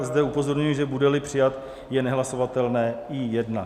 Zde upozorňuji, že budeli přijat, je nehlasovatelné I1.